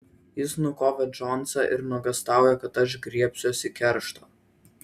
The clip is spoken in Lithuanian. jis nukovė džonsą ir nuogąstauja kad aš griebsiuosi keršto